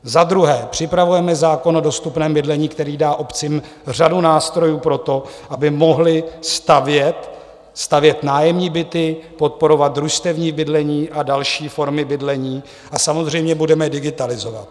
Za druhé, připravujeme zákon o dostupném bydlení, který dá obcím řadu nástrojů pro to, aby mohly stavět stavět nájemní byty, podporovat družstevní bydlení a další formy bydlení, a samozřejmě budeme digitalizovat.